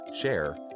share